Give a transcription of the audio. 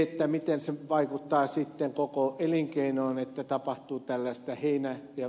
siinä miten se vaikuttaa sitten koko elinkeinoon että tapahtuu tällaista heinä ja